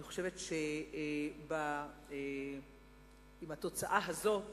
אני חושבת שעם התוצאה הזאת